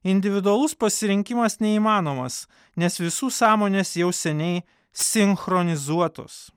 individualus pasirinkimas neįmanomas nes visų sąmonės jau seniai sinchronizuotos